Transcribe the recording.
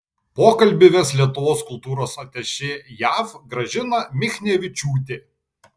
pokalbį ves lietuvos kultūros atašė jav gražina michnevičiūtė